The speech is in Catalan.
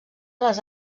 les